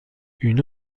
une